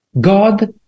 God